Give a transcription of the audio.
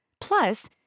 Plus